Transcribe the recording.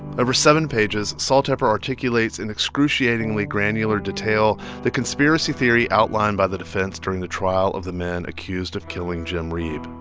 over seven pages, sol tepper articulates in excruciatingly granular detail the conspiracy theory outlined by the defense during the trial of the men accused of killing jim reeb,